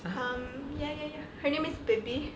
mmhmm ya ya her name is baby